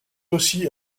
aussi